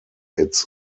its